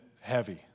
heavy